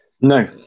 No